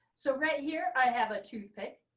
so right here, i have a toothpick.